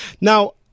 Now